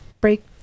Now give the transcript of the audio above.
break